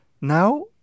Now